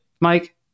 mike